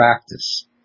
practice